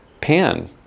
pan